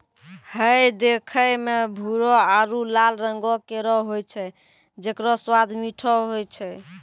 हय देखै म भूरो आरु लाल रंगों केरो होय छै जेकरो स्वाद मीठो होय छै